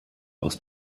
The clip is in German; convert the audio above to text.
aus